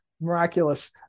miraculous